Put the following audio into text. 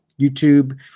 YouTube